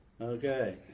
Okay